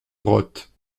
brottes